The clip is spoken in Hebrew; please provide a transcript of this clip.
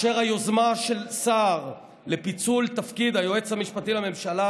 והיוזמה של סער לפיצול תפקיד היועץ המשפטי לממשלה